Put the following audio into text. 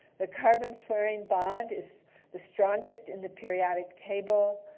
the carbon fluorine bond is the strongest in the periodic table.